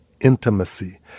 intimacy